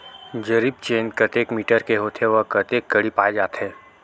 जरीब चेन कतेक मीटर के होथे व कतेक कडी पाए जाथे?